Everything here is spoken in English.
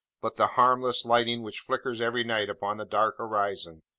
but the harmless lightning which flickers every night upon the dark horizon.